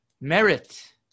merit